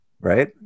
Right